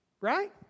Right